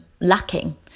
lacking